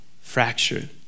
fractured